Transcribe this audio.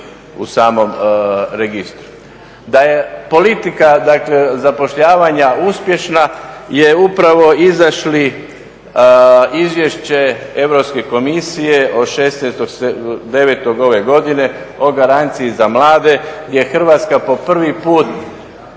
u samom registru. Da je politika, dakle zapošljavanja uspješna je upravo izašli izvješće Europske komisije od 16.09. ove godine o garanciji za mlade gdje Hrvatska po prvi put